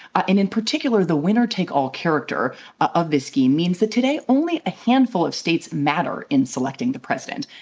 ah in in particular, the winner take all character of this scheme means that today only a handful of states matter in selecting the president.